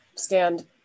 stand